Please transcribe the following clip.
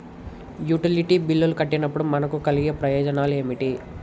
Utility బిల్లులు కట్టినప్పుడు మనకు కలిగే ప్రయోజనాలు ఏమిటి?